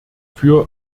für